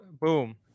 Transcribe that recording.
boom